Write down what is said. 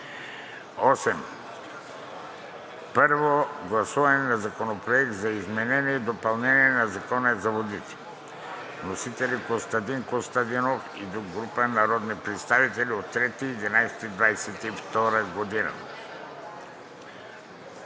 8. Първо гласуване на Законопроекта за изменение и допълнение на Закона за водите. Вносители са Костадин Костадинов и група народни представители на 3 ноември 2022 г.